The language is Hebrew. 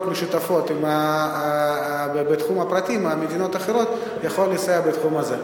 משותפות בתחום הפרטי עם מדינות אחרות יכולים לסייע בתחום הזה.